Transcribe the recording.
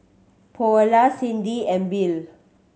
Paola Cindy and Bill